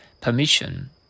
permission